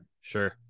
Sure